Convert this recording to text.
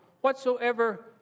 whatsoever